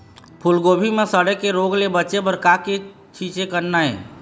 फूलगोभी म सड़े के रोग ले बचे बर का के छींचे करना ये?